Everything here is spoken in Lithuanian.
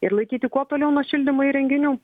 ir laikyti kuo toliau nuo šildymo įrenginių